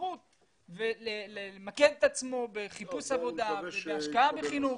שכירות ולמקד את עצמו בחיפוש עבודה והשקעה בחינוך.